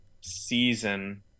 season